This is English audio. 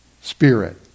spirit